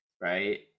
right